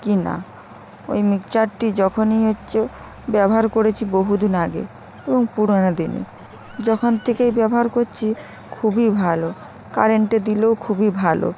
কিনা ওই মিক্সারটি যখনই হচ্ছে ব্যবহার করেছি বহুদিন আগে এবং পুরানো দিনে যখন থেকেই ব্যবহার করছি খুবই ভালো কারেন্টে দিলেও খুবই ভালো